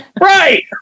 Right